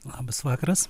labas vakaras